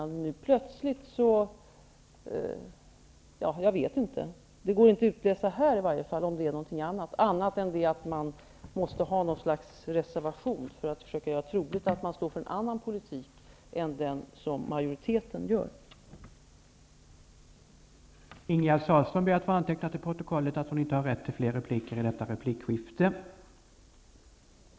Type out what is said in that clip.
Det går inte att utläsa om det är fråga om något annat. Är det bara så att man måste reservera sig för att försöka göra troligt att man står för en annan politik än den som majoriteten omfattar?